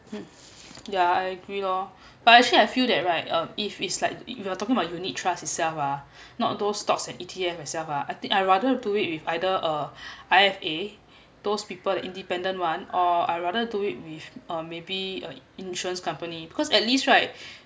mm yeah I agree lor but actually I feel that right uh if it's like if you're talking about unit trust itself ah not those stocks and E_T_F it self ah I think I rather do it with either uh I have a those people that independent one or I rather do it with uh maybe a insurance company because at least right